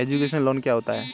Education loan क्या होता है?